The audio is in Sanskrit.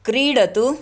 क्रीडतु